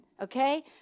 Okay